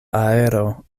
aero